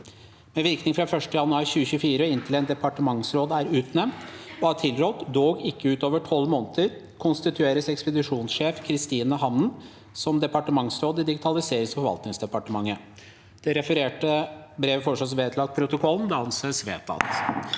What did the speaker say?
Med virkning fra 1. januar 2024 og inntil en departementsråd er utnevnt og har tiltrådt, dog ikke utover 12 måneder, konstitueres ekspedisjonssjef Christine Hamnen som departementsråd i Digitaliserings- og forvaltningsdepartementet.» Det refererte brevet foreslås vedlagt protokollen. – Det anses vedtatt.